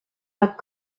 are